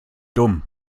dumm